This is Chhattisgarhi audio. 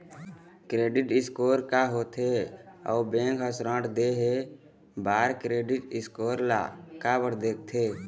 क्रेडिट स्कोर का होथे अउ बैंक हर ऋण देहे बार क्रेडिट स्कोर ला काबर देखते?